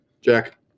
Jack